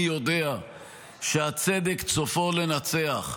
אני יודע שהצדק סופו לנצח.